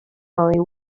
only